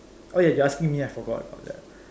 oh ya you're asking me I forgot about that